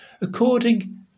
according